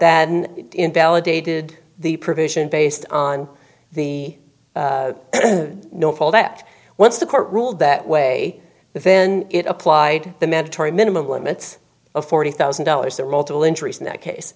that invalidated the provision based on the no fault that once the court ruled that way then it applied the mandatory minimum limits of forty thousand dollars there are multiple injuries in that case